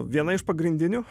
viena iš pagrindinių